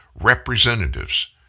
representatives